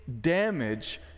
damage